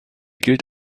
gilt